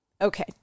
Okay